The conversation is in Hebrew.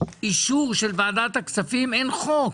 אישור של ועדת הכספים, אין חוק.